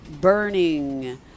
burning